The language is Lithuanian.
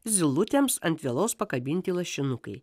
zylutėms ant vielos pakabinti lašinukai